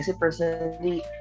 personally